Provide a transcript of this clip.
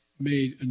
made